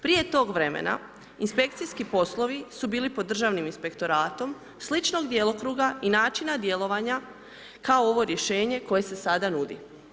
Prije tog vremena inspekcijski poslovi su bili pod državnim inspektoratom, sličnog djelokruga i načina djelovanja kao ovo rješenje koje se sada nudi.